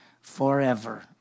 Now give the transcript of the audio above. forever